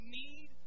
need